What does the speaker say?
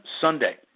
Sunday